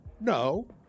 No